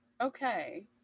Okay